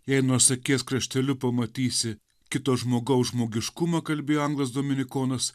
jei nors akies krašteliu pamatysi kito žmogaus žmogiškumą kalbėjo anglas dominikonas